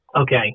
Okay